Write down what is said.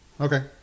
Okay